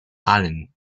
allen